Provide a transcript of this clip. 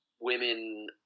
women